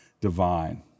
divine